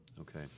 Okay